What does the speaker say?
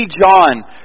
John